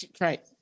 Right